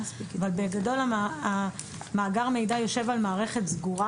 אבל בגדול מאגר המידע יושב על מערכת סגורה.